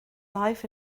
life